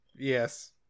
Yes